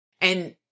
And-